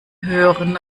hören